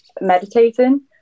meditating